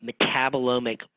metabolomic